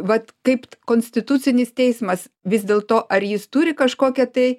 vat kaip konstitucinis teismas vis dėl to ar jis turi kažkokią tai